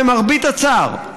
למרבה הצער,